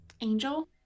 Angel